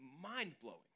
mind-blowing